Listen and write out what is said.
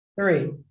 Three